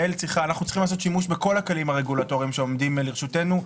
אנו צריכים לעשות שימוש בכל הכלים הרגולטוריים שעומדים לרשותנו.